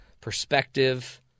perspective